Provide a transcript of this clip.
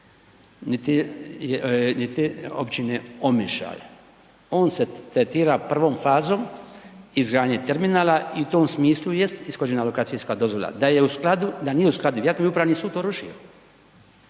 niti općine Omištalj, on se tretira prvom fazom izgradnje terminala i u tom smislu jest ishođena lokacijska dozvola, da je u skladu, da nije u skladu iako je Upravni sud to rušio,